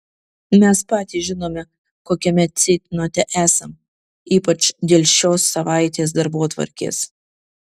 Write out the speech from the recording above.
mes patys žinome kokiame ceitnote esam ypač dėl šios savaitės darbotvarkės